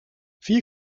vier